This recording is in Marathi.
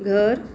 घर